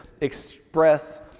express